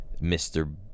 mr